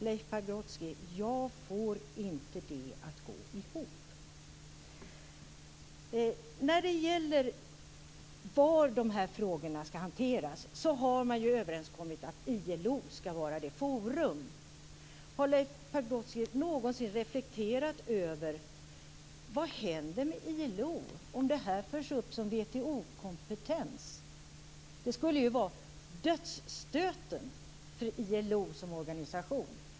Leif Pagrotsky, jag får inte detta att gå ihop. När det gäller var dessa frågor skall hanteras har man ju överenskommit att ILO skall vara detta forum. Har Leif Pagrotsky någonsin reflekterat över vad som händer med ILO om dessa frågor förs upp som WTO kompetens? Det skulle ju vara dödsstöten för ILO som organisation.